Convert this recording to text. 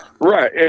Right